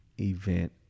event